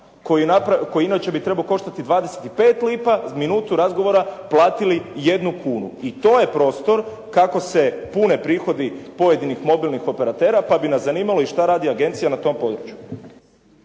koji bi inače trebao koštati 25 lipa minutu razgovora, platili jednu kunu. I to je prostor kako se pune prihodi pojedinih mobilnih operatera. Pa bi nas zanimalo što radi agencija na tom području?